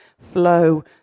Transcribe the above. flow